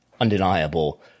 undeniable